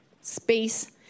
space